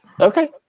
Okay